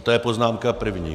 To je poznámka první.